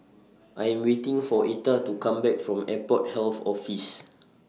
I Am waiting For Etta to Come Back from Airport Health Office